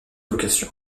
vocation